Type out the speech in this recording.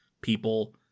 people